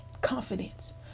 confidence